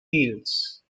deals